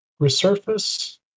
Resurface